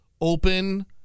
open